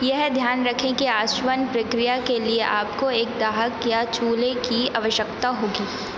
यह ध्यान रखें कि आश्वन प्रक्रिया के लिए आपको एक दाहक या चूल्हे की आवश्यकता होगी